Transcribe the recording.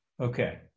okay